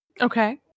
Okay